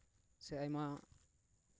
ᱥᱮ ᱟᱭᱢᱟ